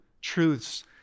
truths